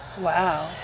Wow